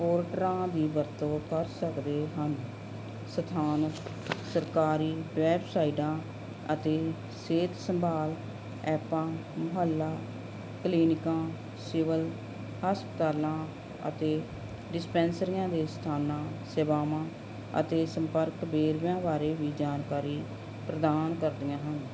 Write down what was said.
ਪੋਰਟਲਾਂ ਦੀ ਵਰਤੋਂ ਕਰ ਸਕਦੇ ਹਨ ਸਥਾਨ ਸਰਕਾਰੀ ਵੈਬਸਾਈਟਾਂ ਅਤੇ ਸਿਹਤ ਸੰਭਾਲ ਐਪਾਂ ਮਹੱਲਾ ਕਲੀਨਿਕਾਂ ਸਿਵਲ ਹਸਪਤਾਲਾਂ ਅਤੇ ਡਿਸਪੈਂਸਰੀਆਂ ਦੇ ਸਥਾਨਾਂ ਸੇਵਾਵਾਂ ਅਤੇ ਸੰਪਰਕ ਵੇਰਵਿਆਂ ਬਾਰੇ ਵੀ ਜਾਣਕਾਰੀ ਪ੍ਰਦਾਨ ਕਰਦੀਆਂ ਹਨ